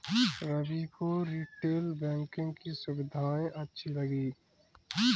रवि को retail banking की सुविधाएं अच्छी लगी